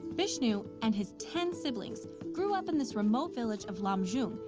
bishnu and his ten siblings grew up in this remote village of lamjung,